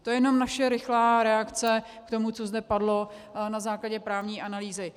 To je jenom naše rychlá reakce k tomu, co zde padlo na základě právní analýzy.